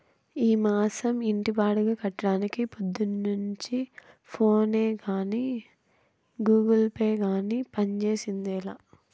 ఈ మాసం ఇంటి బాడుగ కట్టడానికి పొద్దున్నుంచి ఫోనే గానీ, గూగుల్ పే గానీ పంజేసిందేలా